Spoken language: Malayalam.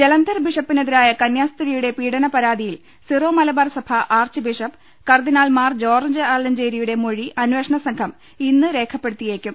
ജലന്ധർ ബിഷപ്പിനെതിരായ കന്യാസ്ത്രീയുടെ പീഡന പരാതിയിൽ സിറോ മലബാർ സഭ archbishop cardinal Mar George ആലഞ്ചേരിയുടെ മൊഴി അന്വേഷണസംഘം ഇന്ന് രേഖപ്പെടുത്തിയേക്കും